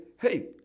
Hey